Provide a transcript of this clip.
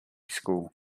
school